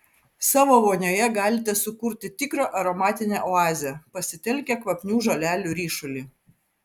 savo vonioje galite sukurti tikrą aromatinę oazę pasitelkę kvapnių žolelių ryšulį